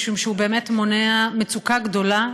משום שהוא באמת מונע מצוקה גדולה.